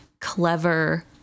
clever